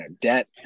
debt